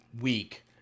week